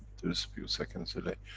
there is a few seconds delay.